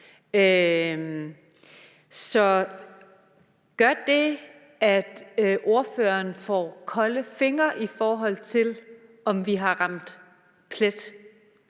Så gør det, at ordføreren får kolde fingre, i forhold til om vi har ramt plet